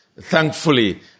Thankfully